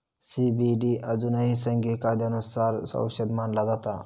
CBD अजूनही संघीय कायद्यानुसार औषध मानला जाता